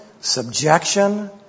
subjection